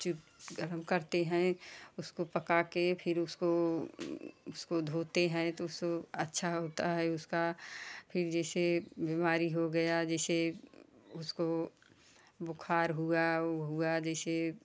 चुप गर्म करते हैं उसको पका के फिर उसको धोते हैं तो अच्छा होता है उसका फिर जैसे बीमारी हो गया जैसे उसको बुखार हुआ वो हुआ जैसे